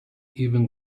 even